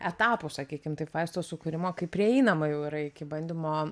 etapų sakykim taip vaisto sukūrimo kai prieinama jau yra iki bandymo